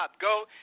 Go